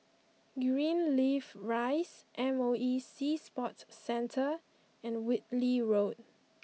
Greenleaf Rise M O E Sea Sports Centre and Whitley Road